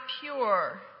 pure